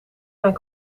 mijn